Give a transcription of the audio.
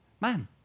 man